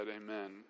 amen